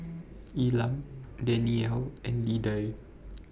Elam Dannielle and Lidie